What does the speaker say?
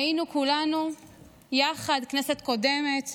היינו כולנו יחד, כנסת קודמת,